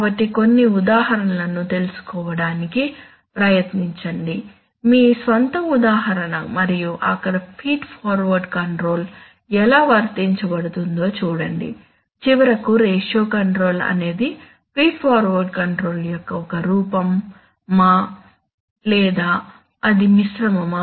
కాబట్టి కొన్ని ఉదాహరణలను తెలుసుకోవడానికి ప్రయత్నించండి మీ స్వంత ఉదాహరణ మరియు అక్కడ ఫీడ్ ఫార్వర్డ్ కంట్రోల్ ఎలా వర్తించబడుతుందో చూడండి చివరకు రేషియో కంట్రోల్ అనేది ఫీడ్ ఫార్వర్డ్ కంట్రోల్ యొక్క ఒక రూపం మా లేదా అది మిశ్రమమా